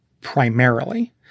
primarily